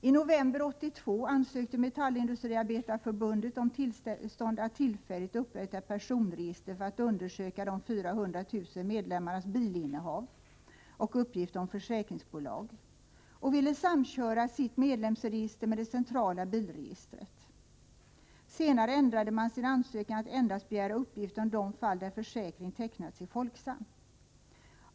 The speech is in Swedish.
I november 1982 ansökte Metallindustriarbetareförbundet om tillstånd att tillfälligt upprätta ett personregister, därför att man ville undersöka de 400 000 medlemmarnas bilinnehav och uppgifter om försäkringsbolag. Man ville samköra sitt medlemsregister med det centrala bilregistret. Senare ändrade man sin ansökan till att endast gälla en begäran om uppgifter beträffande de fall där försäkring tecknats i Folksam.